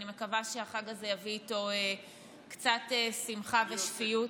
אני מקווה שהחג הזה יביא איתו קצת שמחה ושפיות,